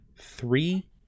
three